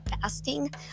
fasting